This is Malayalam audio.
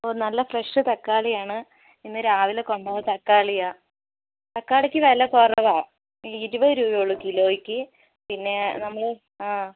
ഓ നല്ല ഫ്രഷ് തക്കാളിയാണ് ഇന്ന് രാവിലെ കൊണ്ട് വന്ന തക്കാളിയാണ് തക്കാളിക്ക് വില കുറവാണ് ഇരുപത് രൂപയേ ഉള്ളൂ കിലോയ്ക്ക് പിന്നെ നമ്മൾ ആ